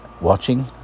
watching